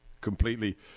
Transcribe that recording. completely